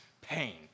pain